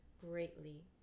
greatly